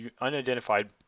unidentified